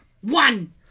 One